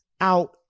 out